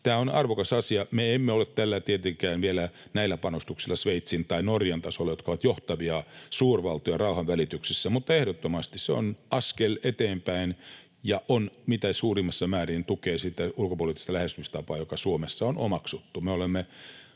Tämä on arvokas asia. Me emme ole näillä panostuksilla tietenkään vielä Sveitsin tai Norjan tasolla, jotka ovat johtavia suurvaltoja rauhanvälityksessä. Mutta ehdottomasti se on askel eteenpäin ja mitä suurimmassa määrin tukee sitä ulkopoliittista lähestymistapaa, joka Suomessa on omaksuttu. Me olemme